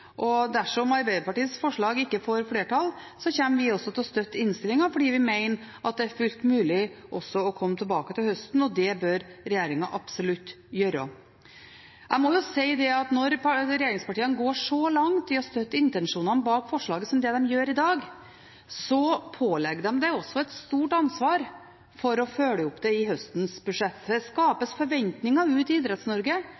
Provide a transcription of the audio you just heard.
og dersom Arbeiderpartiets forslag ikke får flertall, kommer vi også til å støtte innstillingen, fordi vi mener det er fullt mulig også å komme tilbake til høsten – og det bør regjeringen absolutt gjøre. Jeg må si at når regjeringspartiene går så langt i å støtte intensjonene bak forslaget som det de gjør i dag, påligger det dem et stort ansvar for å følge det opp i høstens budsjett. For det skapes forventninger ute i